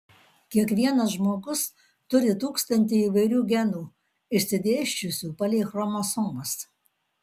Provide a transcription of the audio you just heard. kiekvienas žmogus turi tūkstantį įvairių genų išsidėsčiusių palei chromosomas